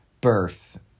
birth